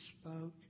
spoke